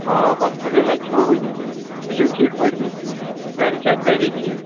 آ بَتہٕ پھٔلۍہٲنَہ کھیوٚو وٕنی تُہۍ چھُو ٹھیٖک پٲٹھۍ بیٚیہِ گَرِ چھےٚ سٲری ٹھیٖک